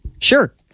sure